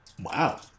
Wow